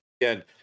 again